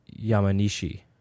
Yamanishi